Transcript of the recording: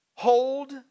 Hold